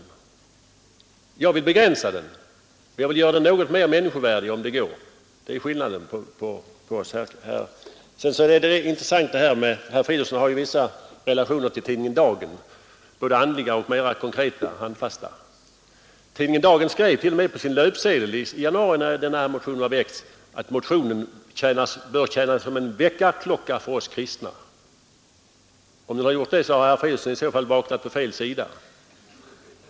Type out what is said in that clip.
Jag vill begränsa den och om möjligt göra den något mer människovärdig. Det är skillnaden mellan oss. Det är vidare ett intressant förhållande att herr Fridolfsson har vissa relationer till tidningen Dagen, både andliga och mera handfasta. Tidningen Dagen skrev t.o.m. på sin löpsedel i januari sedan min motion hade väckts, att motionen bör tjäna som ”en väckarklocka för oss kristna”. Om den har gjort det, har herr Fridolfsson i så fall vaknat på fel sida.